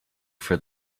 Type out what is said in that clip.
for